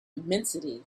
immensity